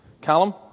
Callum